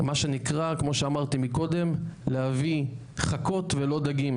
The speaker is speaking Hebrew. מה שנקרא, כמו שאמרתי מקודם, להביא חכות ולא דגים.